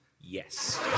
Yes